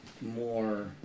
more